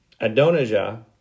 Adonijah